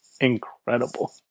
incredible